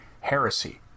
heresy